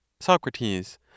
Socrates